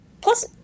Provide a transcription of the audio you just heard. Plus